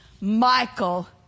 Michael